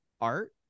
art